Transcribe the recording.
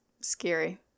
scary